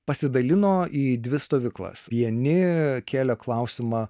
pasidalino į dvi stovyklas vieni kėlė klausimą